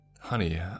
Honey